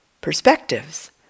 perspectives